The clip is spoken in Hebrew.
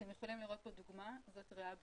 אתם יכולים לראות כאן דוגמה, זאת ריאה בריאה,